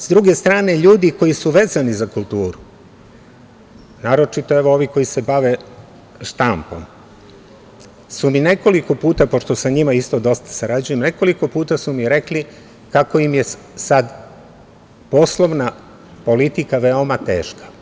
S druge strane, ljudi koji su vezani za kulturu, naročito ovi koji se bave štampom, su mi nekoliko puta, pošto sa njima isto dosta sarađujem, nekoliko puta su mi rekli kako im je sada poslovna politika veoma teška.